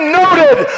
noted